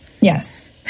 Yes